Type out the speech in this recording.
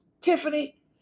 Tiffany